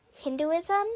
Hinduism